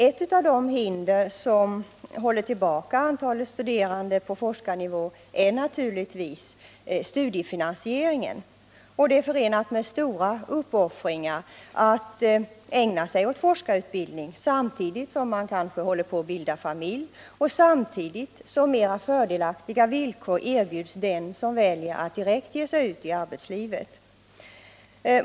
Ett av de hinder som håller tillbaka antalet studerande på forskarnivå är naturligtvis studiefinansieringen. Det är förenat med stora uppoffringar att ägna sig åt forskarutbildning, samtidigt som man kanske håller på att bilda familj och samtidigt som mera fördelaktiga villkor erbjuds den som väljer att direkt ge sig ut i arbetslivet.